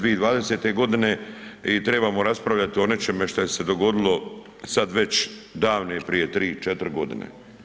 2020. g. i trebamo raspravljati o nečemu što se dogodilo sad već, davne, prije 3, 4 godine.